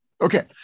okay